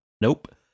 Nope